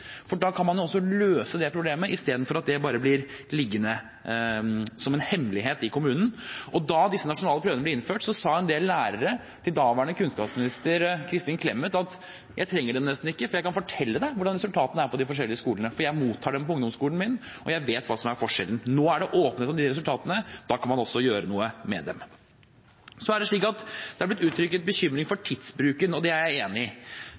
for da kan man jo løse det problemet i stedet for at det bare blir liggende som en hemmelighet i kommunen. Da disse nasjonale prøvene ble innført, sa en del lærere til daværende kunnskapsminister Kristin Clemet: Jeg trenger dem nesten ikke, for jeg kan fortelle deg hvordan resultatene er på de forskjellige skolene, for jeg mottar dem på ungdomsskolen min, og jeg vet hva som er forskjellen. Nå er det åpenhet om de resultatene, og da kan man også gjøre noe med dem. Det er blitt uttrykt bekymring for tidsbruken, og det er jeg enig i.